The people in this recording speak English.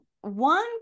one